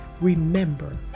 Remember